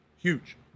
Huge